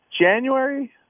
January